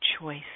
choice